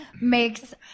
makes